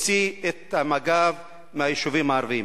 אלא שהגיע הזמן להוציא את מג"ב מהיישובים הערביים.